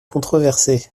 controversée